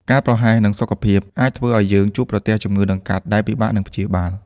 ការប្រហែសនឹងសុខភាព អាចធ្វើឱ្យយើងជួបប្រទះជំងឺដង្កាត់ដែលពិបាកនឹងព្យាបាល។